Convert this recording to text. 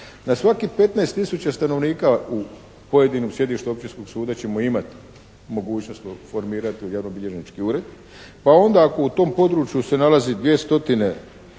Na svakih 15 tisuća stanovnika u pojedinom sjedištu općinskog suda ćemo imati mogućnost formirati javnobilježnički ured, pa onda ako u tom području se nalazi 2